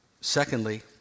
Secondly